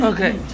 Okay